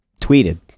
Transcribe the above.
tweeted